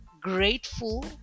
grateful